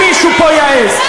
אם מישהו פה יעז,